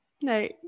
no